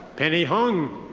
penny hung.